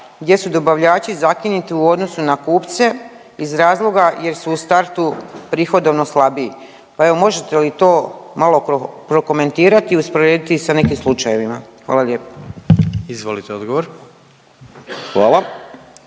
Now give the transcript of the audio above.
gdje su dobavljači zakiniti u odnosu na kupce iz razloga jer su u startu prihodovno slabiji, pa evo možete li to malo prokomentirat i usporediti sa nekim slučajevima? Hvala lijepa. **Jandroković, Gordan